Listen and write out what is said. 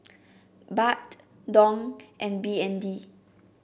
Baht Dong and B N D